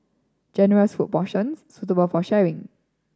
generous food portions suitable for sharing